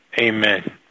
Amen